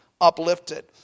uplifted